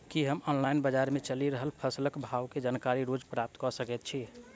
की हम ऑनलाइन, बजार मे चलि रहल फसलक भाव केँ जानकारी रोज प्राप्त कऽ सकैत छी?